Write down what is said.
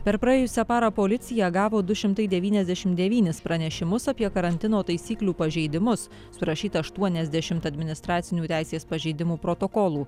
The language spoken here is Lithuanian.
per praėjusią parą policija gavo du šimtai devyniasdešim devynis pranešimus apie karantino taisyklių pažeidimus surašyti aštuoniasdešimt administracinių teisės pažeidimų protokolų